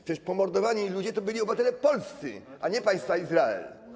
Przecież pomordowani ludzie to byli obywatele polscy, a nie państwa Izrael.